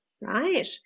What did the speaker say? right